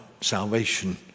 salvation